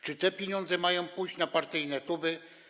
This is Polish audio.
Czy te pieniądze mają pójść na partyjne kluby?